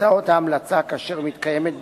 תוצאת ההמלצה, כאשר מתקיימת בדיקה,